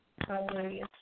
Hallelujah